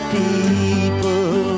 people